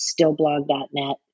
stillblog.net